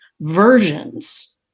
versions